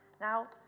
Now